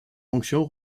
fonction